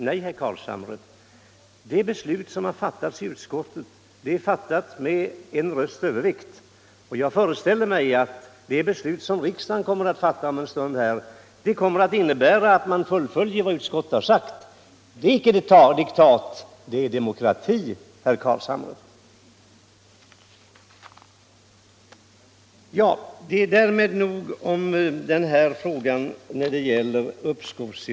Nej, herr Carlshamre! Beslutet i utskottet fattades med två rösters övervikt, och jag föreställer mig att riksdagen i sitt beslut om en stund kommer att biträda utskottets förslag. Detta är inte något diktat — det är demokrati, herr Carlshamre. Därmed nog om frågan angående uppskov.